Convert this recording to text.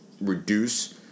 reduce